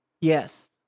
Yes